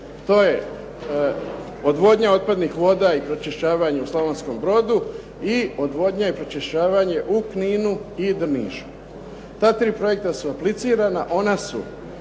To je odvodnja otpadnih voda i pročišćavanje u Slavonskom brodu i odvodnja i pročišćavanje u Kninu i Drnišu. Ta tri projekata su implicirana, ona su